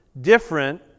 different